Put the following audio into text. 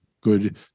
good